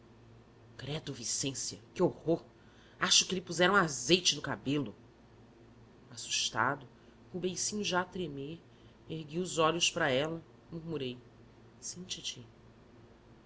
credo vicência que horror acho que lhe puseram azeite no cabelo assustado com o beicinho já a tremer ergui os olhos para ela murmurei sim